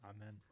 Amen